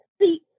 see